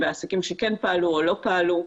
עסקים שכן פעלו או לא פעלו.